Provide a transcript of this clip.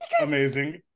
Amazing